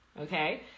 okay